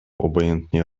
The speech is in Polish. obojętnie